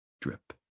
drip